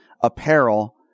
apparel